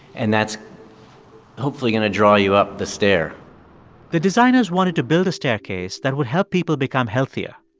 and that's hopefully going to draw you up the stair the designers wanted to build a staircase that would help people become healthier.